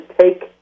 take